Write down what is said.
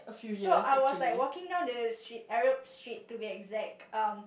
so I was like walking down the street Arab Street to be exact um